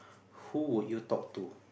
who would you talk to